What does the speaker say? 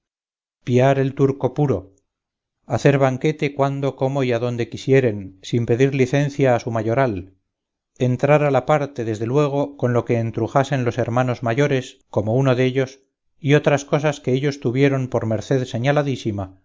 piar el turco puro hacer banquete cuando como y adonde quisieren sin pedir licencia a su mayoral entrar a la parte desde luego con lo que entrujasen los hermanos mayores como uno dellos y otras cosas que ellos tuvieron por merced